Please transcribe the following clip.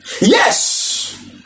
Yes